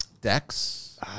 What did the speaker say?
decks